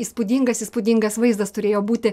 įspūdingas įspūdingas vaizdas turėjo būti